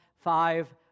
five